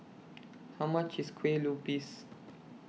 How much IS Kueh Lupis